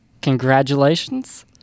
Congratulations